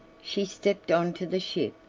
she stepped on to the ship,